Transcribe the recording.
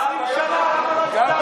20 שנה.